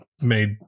made